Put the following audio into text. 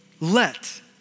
let